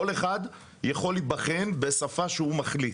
כל אחד יכול להיבחן בשפה שהוא מחליט